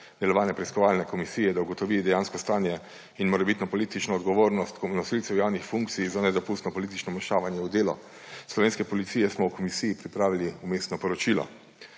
delovanja preiskovalne komisije, da ugotovi dejansko stanje in morebitno politično odgovornost nosilcev javnih funkcij za nedopustno politično vmešavanje v delo slovenske policije, smo v komisiji pripravili Vmesno poročilo.